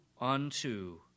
unto